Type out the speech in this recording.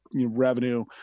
revenue